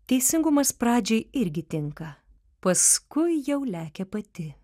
teisingumas pradžiai irgi tinka paskui jau lekia pati